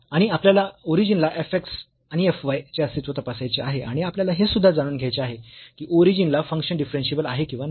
आणि आपल्याला ओरिजिन ला f x आणि f y चे अस्तित्व तपासायचे आहे आणि आपल्याला हे सुद्धा जाणून घ्यायचे आहे की ओरिजिन ला फंक्शन डिफरन्शियेबल आहे किंवा नाही